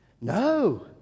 no